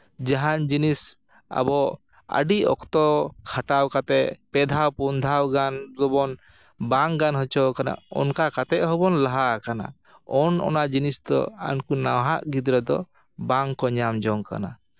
ᱡᱟᱦᱟᱱ ᱡᱤᱱᱤᱥ ᱟᱵᱚ ᱟᱹᱰᱤ ᱚᱠᱛᱚ ᱠᱷᱟᱴᱟᱣ ᱠᱟᱛᱮ ᱯᱮ ᱫᱷᱟᱣ ᱯᱩᱱ ᱫᱷᱟᱣ ᱜᱟᱱ ᱜᱮᱵᱚᱱ ᱵᱟᱝ ᱜᱟᱱ ᱦᱚᱪᱚᱣ ᱠᱟᱱᱟ ᱚᱱᱠᱟ ᱠᱟᱛᱮ ᱦᱚᱸ ᱵᱚᱱ ᱞᱟᱦᱟ ᱟᱠᱟᱱᱟ ᱚᱱ ᱚᱱᱟ ᱡᱤᱱᱤᱥ ᱫᱚ ᱩᱱᱠᱩ ᱱᱟᱦᱟᱜ ᱜᱤᱫᱽᱨᱟᱹ ᱫᱚ ᱵᱟᱝ ᱠᱚ ᱧᱟᱢ ᱡᱚᱝ ᱠᱟᱱᱟ